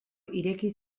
ireki